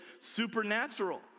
supernatural